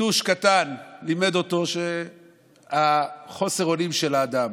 יתוש קטן לימד אותו את חוסר האונים של האדם.